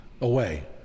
away